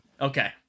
Okay